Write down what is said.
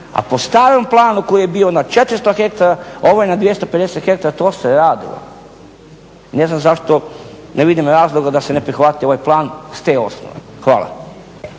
a po starom planu koji je bio na 400 hektara, ovo je na 250 hektara … Ne znam zašto, ne vidim razloga da se ne prihvati ovaj plan iz te osnove. Hvala.